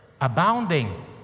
abounding